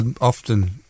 Often